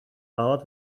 out